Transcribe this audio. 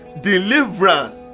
deliverance